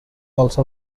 also